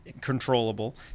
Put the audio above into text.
controllable